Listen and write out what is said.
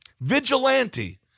vigilante